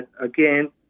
again